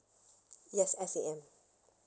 yes S_A_M